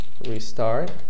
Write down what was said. Restart